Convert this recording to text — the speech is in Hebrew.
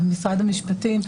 משרד המשפטים,